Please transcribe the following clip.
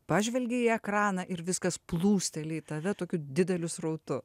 pažvelgi į ekraną ir viskas plūsteli į tave tokiu dideliu srautu